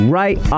right